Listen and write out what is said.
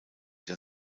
der